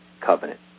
covenant